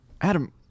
Adam